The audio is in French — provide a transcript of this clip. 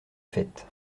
fête